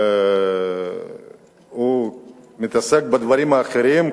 והוא מתעסק בדברים אחרים,